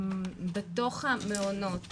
בתוך המעונות